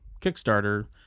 kickstarter